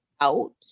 out